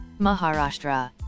Maharashtra